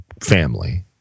family